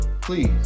Please